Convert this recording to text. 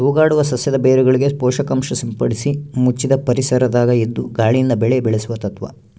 ತೂಗಾಡುವ ಸಸ್ಯದ ಬೇರುಗಳಿಗೆ ಪೋಷಕಾಂಶ ಸಿಂಪಡಿಸಿ ಮುಚ್ಚಿದ ಪರಿಸರದಾಗ ಇದ್ದು ಗಾಳಿಯಿಂದ ಬೆಳೆ ಬೆಳೆಸುವ ತತ್ವ